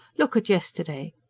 look at yesterday!